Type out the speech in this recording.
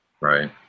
Right